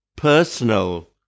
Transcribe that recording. Personal